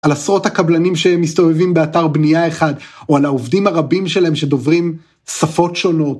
על עשרות הקבלנים שהם מסתובבים באתר בנייה אחד, או על העובדים הרבים שלהם שדוברים שפות שונות.